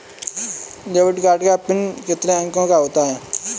Debit card का PIN कितने अंकों का होता है?